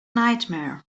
nightmare